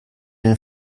den